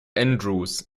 andrews